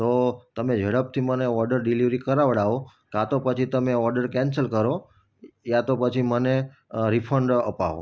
તો તમે ઝડપથી મને ઓર્ડર ડિલીવરી કરાવડાવો કાં તો પછી તમે ઓર્ડર કેન્સલ કરો યા તો પછી મને રિફંડ અપાવો